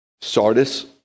Sardis